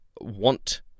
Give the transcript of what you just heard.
want